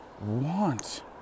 want